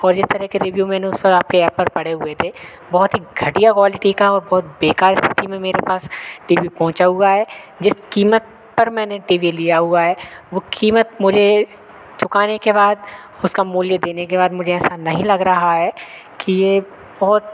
और जिस तरह के रिव्यू मैंने उस पर आपके ऐप पर पढ़े हुए थे बहुत ही घटिया क्वालिटी का और बहुत बेकार स्थिति में मेरे पास टी वी पहुंचा हुआ है जिस क़ीमत पर मैंने टी वी लिया हुआ है वह क़ीमत मुझे चुकाने के बाद उसका मूल्य देने के बाद मुझे ऐसा नहीं लग रहा है कि यह बहुत